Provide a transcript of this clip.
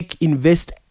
invest